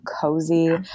cozy